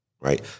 right